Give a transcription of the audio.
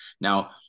Now